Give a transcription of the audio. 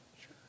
Sure